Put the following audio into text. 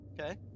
Okay